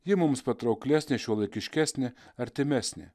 ji mums patrauklesnė šiuolaikiškesnė artimesnė